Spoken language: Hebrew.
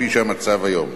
כפי שהמצב היום.